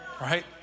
Right